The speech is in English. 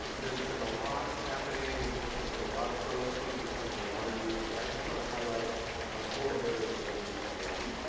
there's been a lot happening, and working with a lotta folks, speaking in front of a lotta groups, but i just wanna highlight four areas related to safety.